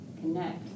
connect